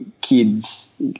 kids